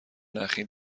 نخی